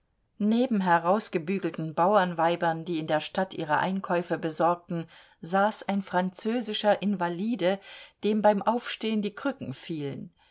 neben herausgebügelten bauernweibern die in der stadt ihre einkäufe besorgten saß ein französischer invalide dem beim aufstehen die krücken fielen